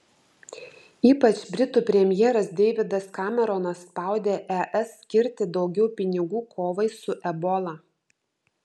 ypač britų premjeras deividas kameronas spaudė es skirti daugiau pinigų kovai su ebola